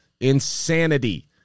insanity